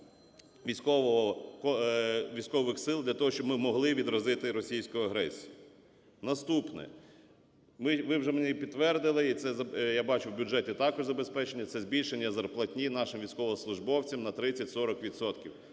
військових сил для того, щоб ми могли відразити російську агресію. Наступне. Ви вже мені підтвердили, і це, я бачу, в бюджеті також забезпечено, це збільшення зарплатні нашим військовослужбовцям на 30-40